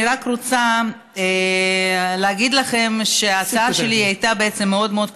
אני רק רוצה להגיד לכם שההצעה שלי הייתה מאוד מאוד קצרה,